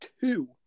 two